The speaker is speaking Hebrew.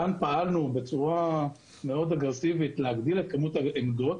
כאן פעלנו בצורה מאוד אגרסיבית להגדיל את כמות העמדות.